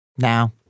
Now